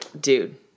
dude